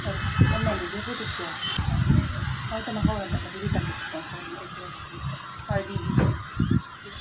हर मात्शे ह मॅनेजर रे तुमचो हय तो म्हाका वळखता तूं दी दाखयता फोन म्हाका ताजे कडेन हय दी दी दी किदें